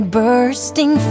bursting